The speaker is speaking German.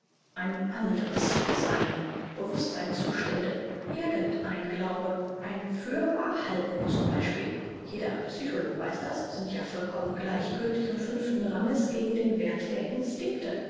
ein andres sein bewußtseins zustände irgend ein glauben ein für wahr halten zum beispiel jeder psycholog weiß das sind ja vollkommen gleichgültig und fünften ranges gegen den werth der instinkte